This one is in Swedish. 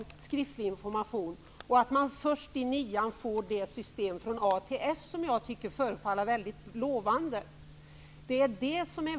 Vi är alltså oroade för att man först i nian skall få det system från A till F som jag tycker förefaller väldigt lovande.